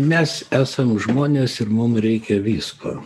mes esam žmonės ir mum reikia visko